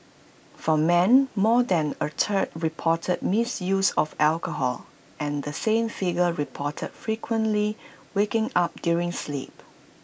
for men more than A third reported misuse of alcohol and the same figure reported frequently waking up during sleep